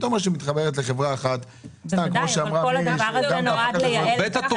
אם מתחברים לחברה אחת --- הדבר הזה נועד לייעל את המערכת.